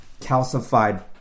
calcified